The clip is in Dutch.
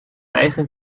eigen